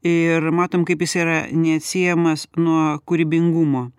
ir matom kaip jis yra neatsiejamas nuo kūrybingumo